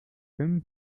him